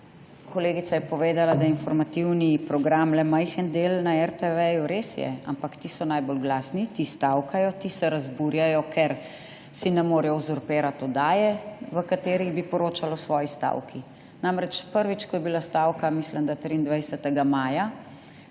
Kolegica je povedala, da je informativni program le majhen del na RTV. Res je, ampak ti so najbolj glasni, ti stavkajo, ti se razburjajo, ker si ne morejo uzurpirati oddaje, v kateri bi poročali o svoji stavki. Namreč, prvič, ko je bila stavka, mislim, da 23. maja,